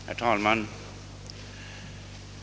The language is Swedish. Herr talman!